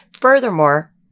Furthermore